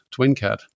TwinCAT